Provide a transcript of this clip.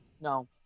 No